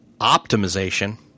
optimization